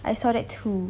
I saw that too